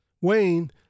Wayne